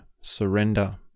surrender